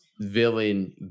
villain